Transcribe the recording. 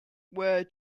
where